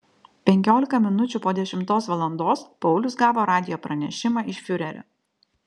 penkiolika minučių po dešimtos valandos paulius gavo radijo pranešimą iš fiurerio